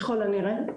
ככל הנראה,